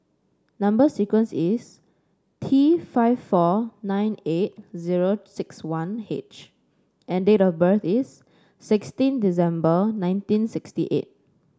number sequence is T five four nine eight zero six one H and date of birth is sixteen December nineteen sixty eight